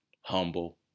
humble